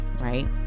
right